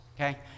okay